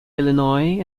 illinois